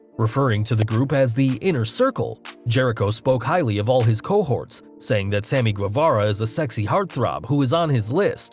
referring to the group as the inner circle jericho spoke highly of all his cohorts saying that sammy guevara is a sexy heartthrob, who is on his list